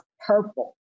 purple